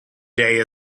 day